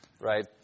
right